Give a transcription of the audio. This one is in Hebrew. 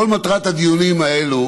לכל הדיונים האלו